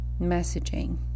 messaging